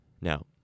now